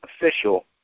official